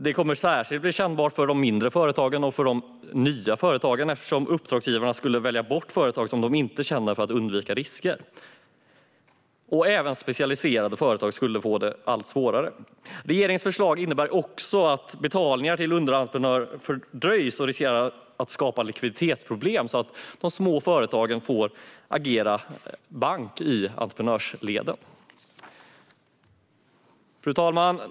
Det kommer särskilt att bli kännbart för de mindre företagen och för de nya företagen eftersom uppdragsgivare kommer att välja bort företag som de inte känner till för att undvika risker. Även specialiserade företag kommer att få det svårare. Regeringens förslag innebär också att betalningar till underentreprenörer fördröjs och riskerar att skapa likviditetsproblem så att de små företagen får agera bank i entreprenörsleden. Fru talman!